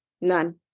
None